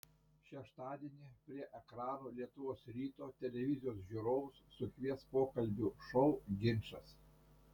šeštadienį prie ekranų lietuvos ryto televizijos žiūrovus sukvies pokalbių šou ginčas